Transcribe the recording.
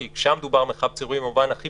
כי שם דובר על מרחב ציבורי במובן הכי